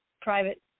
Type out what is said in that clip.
private